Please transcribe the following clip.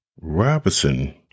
Robinson